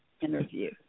interview